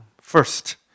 first